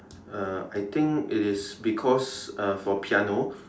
uh I think it is because uh for piano